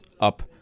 up